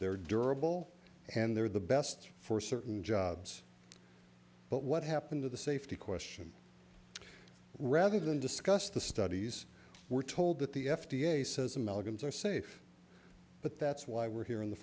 they're durable and they're the best for certain jobs but what happened to the safety question rather than discuss the studies we're told that the f d a says amalgams are safe but that's why we're here in the